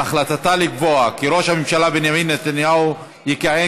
על החלטתה לקבוע כי ראש הממשלה בנימין נתניהו יכהן